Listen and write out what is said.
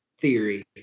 theory